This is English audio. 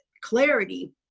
clarity